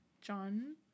John